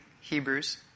Hebrews